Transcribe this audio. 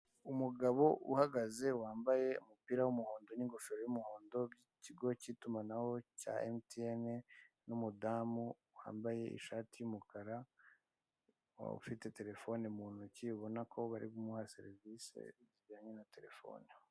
Umugabo uhagaze, wambaye umupira w'umuhondo n'ingofero y'umuhondo, by'ikigo cy'itumanaho cya emutiyene, n'umudamu wambaye ishati y'umukara, ufite telefone mu ntoki, ubona ko bari kumuha serivise zijyanye na telefone.